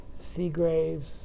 Seagraves